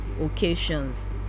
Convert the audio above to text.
Occasions